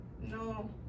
no